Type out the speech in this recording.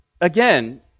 again